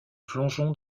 plongeon